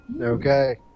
Okay